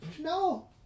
No